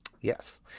Yes